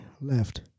left